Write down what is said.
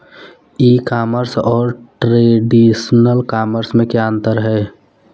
ई commerce और traditional commerce में क्या अंतर है?